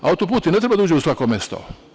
Autoput i ne treba da uđe u svako mesto.